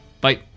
Bye